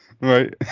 Right